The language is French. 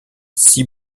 six